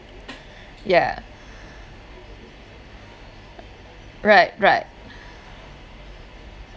yeah right right